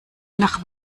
nach